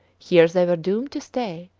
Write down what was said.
here they were doomed to stay.